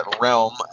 realm